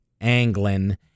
Anglin